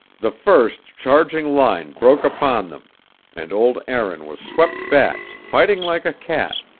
the first, charging line broke upon them and old aaron was swept back, fighting like a cat,